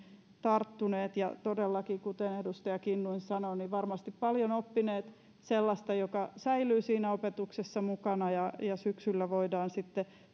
tarttuneet ja todellakin kuten edustaja kinnunen sanoi varmasti oppineet paljon sellaista mikä säilyy siinä opetuksessa mukana ja ja syksyllä voidaan sitten